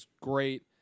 great